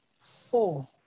four